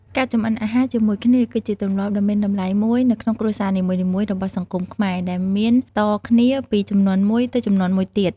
ការចម្អិនអាហារជាមួយគ្នាគឺជាទម្លាប់ដ៏មានតម្លៃមួយនៅក្នុងគ្រួសារនីមួយៗរបស់សង្គមខ្មែរ ដែលមានតគ្នាពីជំនាន់មួយទៅជំនាន់មួយទៀត ។